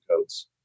codes